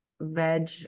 veg